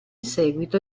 seguito